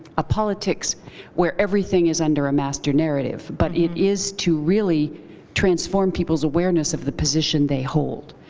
a politics where everything is under a master narrative. but it is to really transform people's awareness of the position they hold.